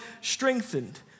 strengthened